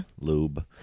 Lube